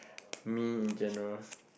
me in general